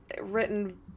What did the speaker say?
written